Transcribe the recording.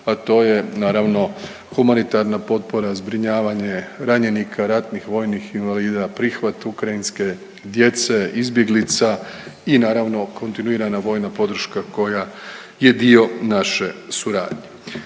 a to je naravno humanitarna potpora, zbrinjavanje ranjenika, ratnih vojnih invalida, prihvat ukrajinske djece, izbjeglica i naravno kontinuirana vojna podrška koja je dio naše suradnje.